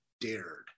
dared